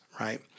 right